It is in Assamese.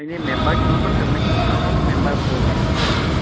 এনে মেম্বাৰ কিমান মান তাৰ মানে কিমান মান মেম্বাৰ ভৰাব পাৰিম আমি